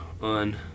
on